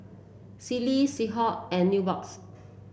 Sealy Schick and Nubox